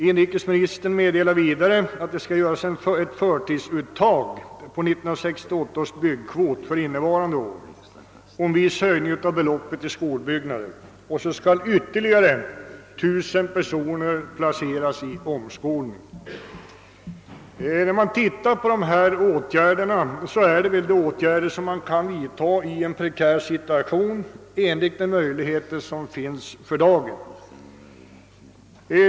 Inrikesministern meddelar vidare att det skall göras ett förtidsuttag på 1968 års byggkvot under innevarande år och viss höj ning av beloppet till skolbyggnader samt att ytterligare 1000 personer skall undergå omskolning. Detta är väl de åtgärder som kan vidtas i en prekär situation och med de möjligheter som finns för dagen.